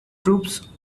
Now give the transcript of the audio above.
troops